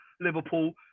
Liverpool